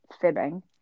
fibbing